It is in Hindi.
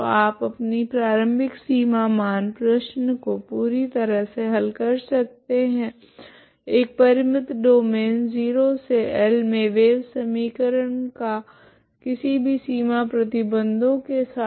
तो आप अपनी प्रारम्भिक सीमा मान प्रश्न को पूरी तरह से हल कर सकते है एक परिमित डोमैन 0 से L मे वेव समीकरण का किसी भी सीमा प्रतिबंधों के साथ